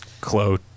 clo